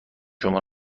شما